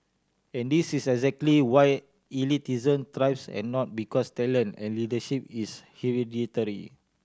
and this is exactly why elitism thrives and not because talent and leadership is hereditary